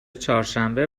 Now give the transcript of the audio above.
چهارشنبه